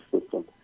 system